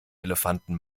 elefanten